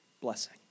blessing